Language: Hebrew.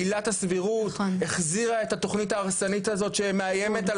עילת הסבירות החזירה את התוכנית ההרסנית הזאת שמאיימת על